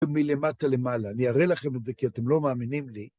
מלמטה למעלה. אני אראה לכם את זה, כי אתם לא מאמינים לי.